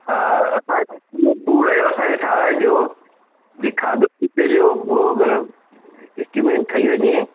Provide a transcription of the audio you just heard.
हा असांखे पूरो पूरो ई असांखे ठाहिराए ॾियो जंहिं खाधे पीते जो पूरो अगरि इकवीह में ठही वञे